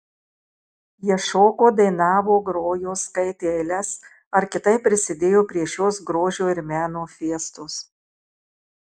jie šoko dainavo grojo skaitė eiles ar kitaip prisidėjo prie šios grožio ir meno fiestos